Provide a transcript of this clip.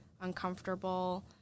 uncomfortable